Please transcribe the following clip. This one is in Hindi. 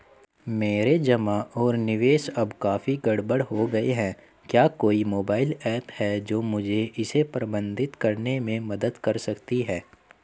मेरे जमा और निवेश अब काफी गड़बड़ हो गए हैं क्या कोई मोबाइल ऐप है जो मुझे इसे प्रबंधित करने में मदद कर सकती है?